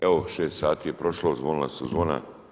Evo 6 sati je prošlo, zvonila su zvona.